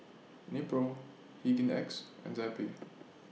Nepro Hygin X and Zappy